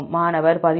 மாணவர் 13